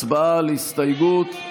הצבעה על הסתייגות.